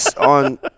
on